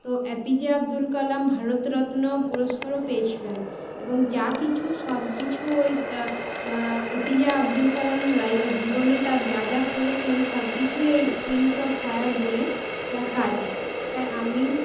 তো A P J Abdul Kalam Bharat Ratna পুরস্কারও পেয়েছিলেন এবং যা কিছু সবকিছু ওই A P J Abdul Kalam লাই জীবনে তার যা যা করেছেন সবকিছুই এই উইংস অফ ফায়ার বইয়ে লেখা আছে তাই আমি